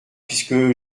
puisque